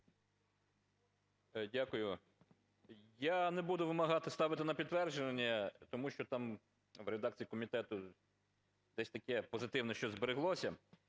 Дякую. Я не буду вимагати ставити на підтвердження, тому що там в редакції комітету десь таке позитивне щось збереглося.